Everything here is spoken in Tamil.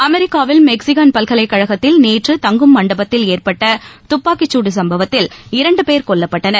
அமெரிக்காவில் மிச்சிகான் பல்கலைக்கழகத்தில் நேற்று தங்கும் மண்டபத்தில் ஏற்பட்ட துப்பாக்கிச்சூடு சம்பவத்தில் இரண்டுபேர் கொல்லப்பட்டனர்